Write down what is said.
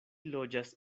loĝas